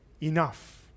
enough